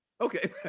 Okay